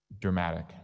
dramatic